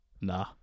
Nah